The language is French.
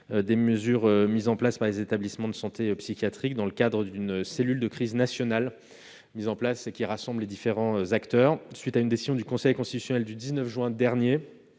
des mesures mises en place par ces établissements de santé dans le cadre d'une cellule de crise nationale, qui rassemble les différents acteurs. Consécutif à une décision du Conseil constitutionnel du 19 juin dernier,